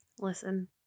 Listen